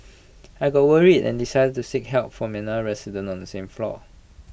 I got worried and decided to seek help from another resident on the same floor